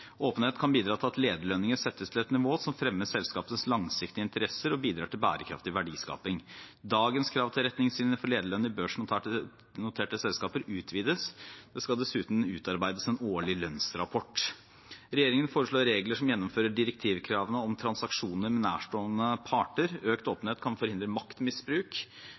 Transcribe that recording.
Åpenhet kan bidra til at lederlønninger settes til et nivå som fremmer selskapenes langsiktige interesser og bidrar til bærekraftig verdiskaping. Dagens krav til retningslinjer for lederlønn i børsnoterte selskaper utvides. Det skal dessuten utarbeides en årlig lønnsrapport. Regjeringen foreslår regler som gjennomfører direktivkravene om transaksjoner med nærstående parter. Økt åpenhet kan forhindre